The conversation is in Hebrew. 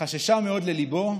היא חששה מאד לליבו,